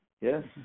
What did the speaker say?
Yes